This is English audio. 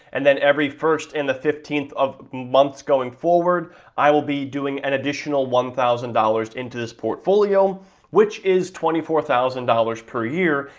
and then every first and the fifteenth of months going forward i will be doing an additional one thousand dollars into this portfolio which is twenty four thousand dollars per year.